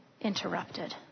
interrupted